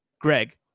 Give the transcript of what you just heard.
Greg